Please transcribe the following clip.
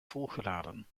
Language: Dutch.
volgeladen